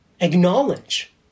acknowledge